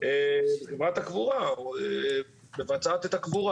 חברת הקבורה מבצעת את הקבורה